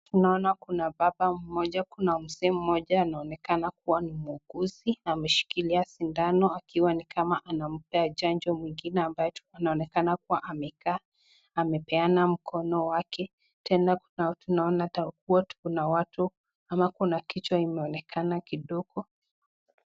Tunaona kuna baba mmoja ,kuna mzee mmoja anaonekana kuwa ni muuguzi ,ameshikilia sidano akiwa ni kama anampea chanjo mwingine ambaye anaonekana kuwa amekaa ,amepeana mkono wake, tena kuna watu naona ata kuna watu ama kuna kichwa inaonekana kidogo.